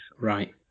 Right